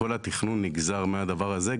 וכל התכנון נגזר מהדבר הזה,